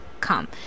come